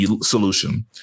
solution